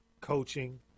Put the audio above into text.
coaching